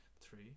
three